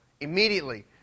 Immediately